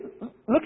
look